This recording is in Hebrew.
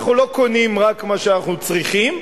אנחנו לא קונים רק מה שאנחנו צריכים,